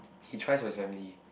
he tries for his family